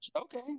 Okay